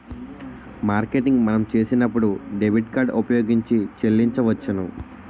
marketing మనం చేసినప్పుడు debit card ఉపయోగించి చెల్లించవచ్చును